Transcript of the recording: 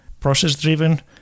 process-driven